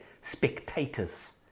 Spectators